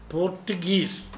Portuguese